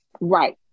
right